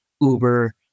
Uber